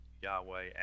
Yahweh